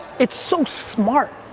it's so smart.